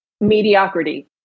mediocrity